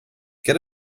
get